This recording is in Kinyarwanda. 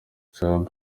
trump